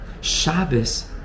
Shabbos